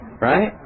Right